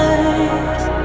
eyes